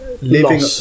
living